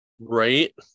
right